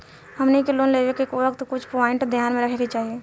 हमनी के लोन लेवे के वक्त कुछ प्वाइंट ध्यान में रखे के चाही